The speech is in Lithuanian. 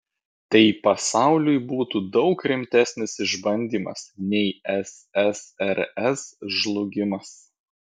tai pasauliui būtų daug rimtesnis išbandymas nei ssrs žlugimas